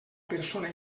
persona